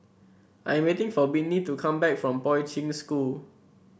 I am waiting for Whitney to come back from Poi Ching School